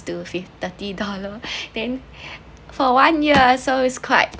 to fift~ thirty dollar then for one year so is quite